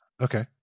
okay